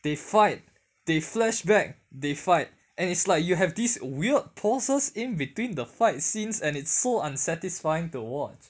they fight they flashback they fight and it's like you have this weird poses in between the fight scenes and it's so unsatisfying to watch